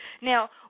Now